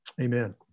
Amen